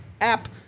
app